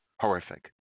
Horrific